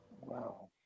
wow